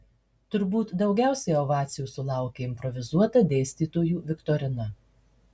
turbūt daugiausiai ovacijų sulaukė improvizuota dėstytojų viktorina